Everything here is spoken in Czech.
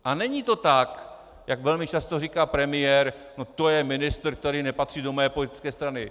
A není to tak, jak velmi často říká premiér: no to je ministr, který nepatří do mé politické strany.